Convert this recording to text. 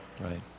Right